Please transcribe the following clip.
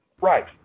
Right